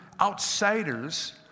outsiders